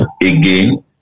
again